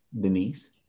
Denise